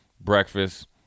Breakfast